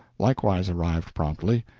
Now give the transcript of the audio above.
likewise arrived promptly,